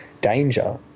danger